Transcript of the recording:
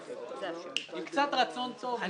עם קצת רצון טוב,